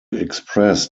express